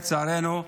לצערנו,